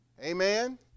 Amen